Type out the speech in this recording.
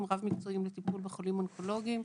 רב-מקצועיים לטיפול בחולים אונקולוגיים.